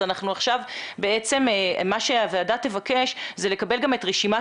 אז עכשיו מה שהוועדה תבקש זה לקבל גם את רשימת